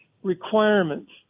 Requirements